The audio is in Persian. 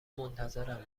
منتظرم